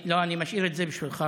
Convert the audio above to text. לא, אני לא אני משאיר את זה גם בשבילך.